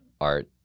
art